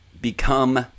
become